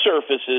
surfaces